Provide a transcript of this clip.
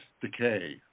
Decay